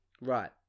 Right